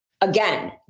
Again